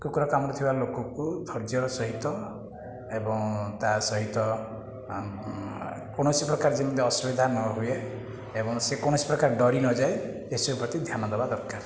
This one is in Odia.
କୁକୁର କାମୁଡ଼ି ଥିବା ଲୋକକୁ ଧର୍ଯ୍ୟର ସହିତ ଏବଂ ତା ସହିତ କୌଣସି ପ୍ରକାର ଯେମିତି ଅସୁବିଧା ନ ହୁଏ ଏବଂ ସେ କୌଣସି ପ୍ରକାର ଡ଼ରି ନ ଯାଏ ଏସବୁ ପ୍ରତି ଧ୍ୟାନ ଦେବା ଦରକାର